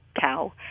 cow